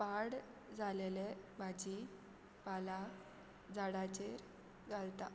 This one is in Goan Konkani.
पाड जालेले भाजी पाला झाडाचेर घालता